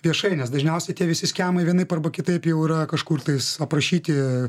viešai nes dažniausiai tie visi skemai vienaip arba kitaip jau yra kažkur tais aprašyti